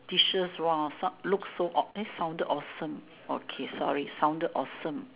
dishes !wah! some looks so awe~ eh sounded awesome okay sorry sounded awesome